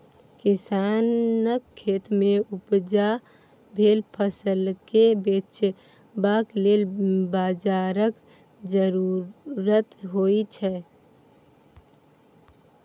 किसानक खेतमे उपजा भेल फसलकेँ बेचबाक लेल बाजारक जरुरत होइत छै